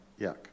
yuck